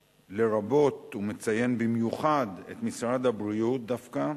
לרבות, הוא מציין במיוחד את משרד הבריאות דווקא,